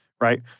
Right